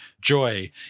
joy